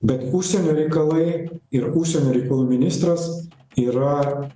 bet užsienio reikalai ir užsienio reikalų ministras yra